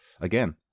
Again